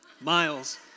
miles